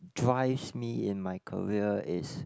drives me in my career is